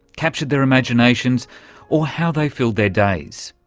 captured their imaginations or how they filled their days.